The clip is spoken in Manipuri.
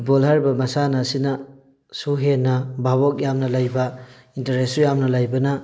ꯐꯨꯠꯕꯣꯜ ꯍꯥꯏꯔꯤꯕ ꯃꯁꯥꯟꯅ ꯑꯁꯤꯅꯁꯨ ꯍꯦꯟꯅ ꯚꯥꯕꯣꯛ ꯌꯥꯝꯅ ꯂꯩꯕ ꯏꯟꯇꯔꯦꯁꯁꯨ ꯌꯥꯝꯅ ꯂꯩꯕꯅ